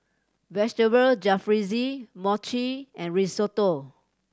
Vegetable Jalfrezi Mochi and Risotto